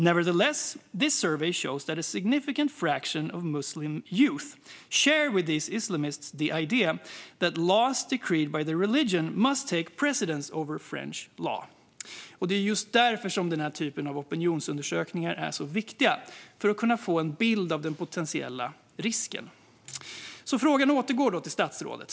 Nevertheless, this survey shows that a significant fraction of Muslim youth share with these Islamists the idea that the laws decreed by their religion must take precedence over French law." Det är just därför som den här typen av opinionsundersökningar är så viktiga, alltså för att kunna ge en bild av den framtida potentiella risken. Frågan återgår till statsrådet.